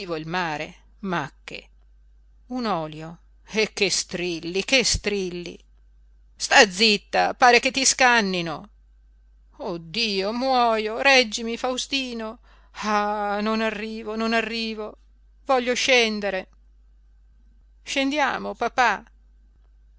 il mare ma che un olio e che strilli che strilli sta zitta pare che ti scànnino oh dio muojo reggimi faustino ah non arrivo non arrivo voglio scendere scendiamo papà